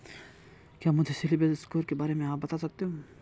क्या मुझे CIBIL score के बारे में आप बता सकते हैं?